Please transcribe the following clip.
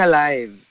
Alive